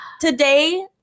Today